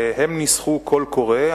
הם ניסחו קול קורא,